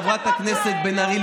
חברת הכנסת בן ארי,